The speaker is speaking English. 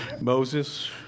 Moses